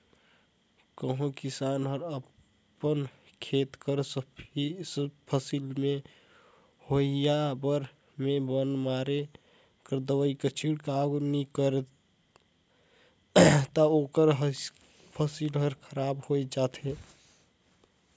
कहों किसान हर अपन खेत कर फसिल में होवइया बन में बन मारे कर दवई कर छिड़काव नी करिस ता ओकर फसिल हर खराब होए जाथे